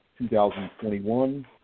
2021